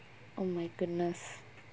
oh my goodness